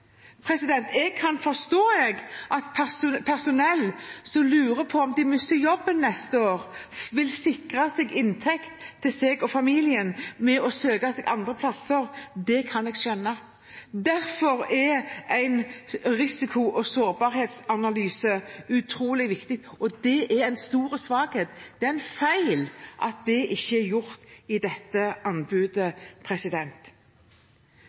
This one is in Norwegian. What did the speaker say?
Jeg kan forstå at personell som lurer på om de mister jobben neste år, vil sikre inntekten til seg og familien ved å søke seg andre plasser. Det kan jeg skjønne. Derfor er en risiko- og sårbarhetsanalyse utrolig viktig. Det er en stor svakhet og en feil at det ikke er gjort i dette anbudet.